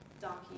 donkey